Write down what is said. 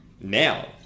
now